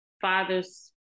father's